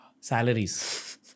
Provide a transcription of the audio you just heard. Salaries